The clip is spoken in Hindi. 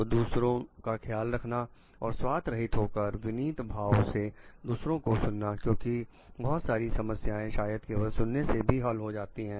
तो दूसरों का ख्याल रखना और स्वार्थ रहित होकर विनीत भाव से दूसरों को सुनना क्योंकि बहुत सारी समस्याएं शायद केवल सुनने से भी हल हो जाती हैं